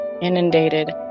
inundated